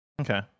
Okay